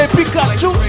Pikachu